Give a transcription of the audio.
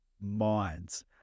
minds